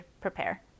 prepare